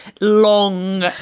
long